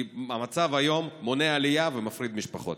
כי המצב היום מונע עלייה ומפריד משפחות.